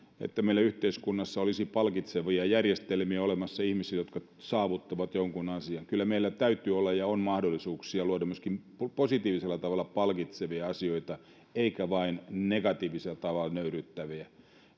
että meillä yhteiskunnassa olisi palkitsevia järjestelmiä olemassa ihmisille jotka saavuttavat jonkun asian kyllä meillä täytyy olla ja on mahdollisuuksia luoda myöskin positiivisella tavalla palkitsevia asioita eikä vain negatiivisella tavalla nöyryyttäviä